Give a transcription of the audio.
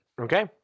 okay